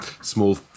small